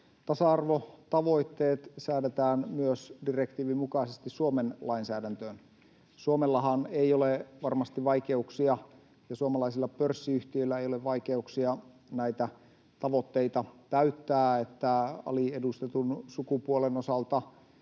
tasa-arvotavoitteet säädetään myös direktiivin mukaisesti Suomen lainsäädäntöön. Suomellahan ei ole varmasti vaikeuksia ja suomalaisilla pörssiyhtiöillä ei ole vaikeuksia täyttää näitä tavoitteita, että aliedustetun sukupuolen osalta